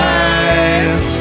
eyes